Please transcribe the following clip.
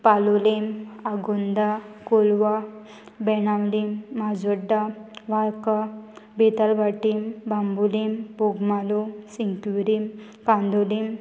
Palolem Agonda Colva Benaulim Majorda Varca Betul Batim Bambolim Bogmalo Sinquerim Candolim